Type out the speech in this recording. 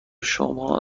شما